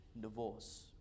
divorce